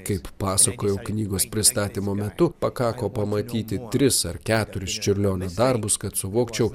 kaip pasakojo knygos pristatymo metu pakako pamatyti tris ar keturis čiurlionio darbus kad suvokčiau